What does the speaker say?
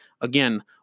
Again